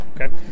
Okay